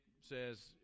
says